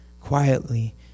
Quietly